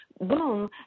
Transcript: boom